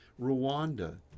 Rwanda